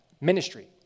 ministry